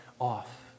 off